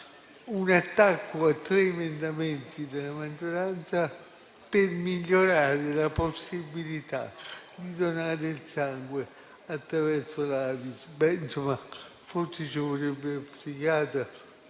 - a tre emendamenti della maggioranza per migliorare la possibilità di donare il sangue attraverso